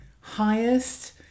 highest